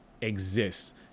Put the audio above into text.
exists